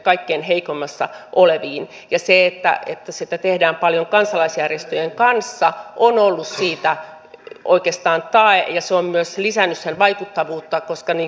eduskuntaan on perustettu energiaremonttiryhmä jossa on eri puolueista jäseniä ja sitä kautta pyrimme edistämään sitä että tähän maahan saadaan kunnianhimoista ja myös käytäntöön lopulta pantavaa energia ja ilmastopolitiikkaa